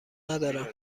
ندارم